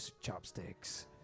chopsticks